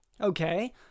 Okay